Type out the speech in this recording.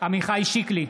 עמיחי שיקלי,